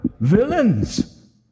Villains